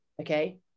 Okay